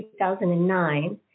2009